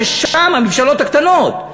המבשלות הקטנות,